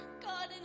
God